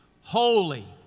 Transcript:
Holy